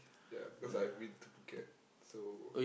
ya because I've been to Phuket so